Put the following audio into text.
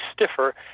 stiffer